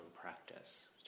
practice